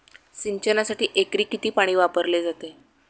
सिंचनासाठी एकरी किती पाणी वापरले जाते?